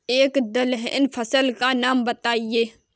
एक दलहन फसल का नाम बताइये